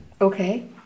Okay